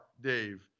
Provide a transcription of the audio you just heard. Dave